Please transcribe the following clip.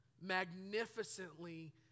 magnificently